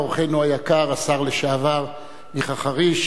היקר השר לשעבר מיכה חריש,